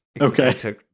Okay